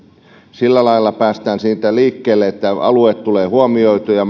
sillä lailla päästään siitä liikkeelle että alueet tulee huomioitua ja